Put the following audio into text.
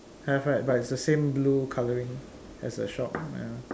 have right but is the same blue colouring as the shop ya